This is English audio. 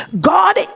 god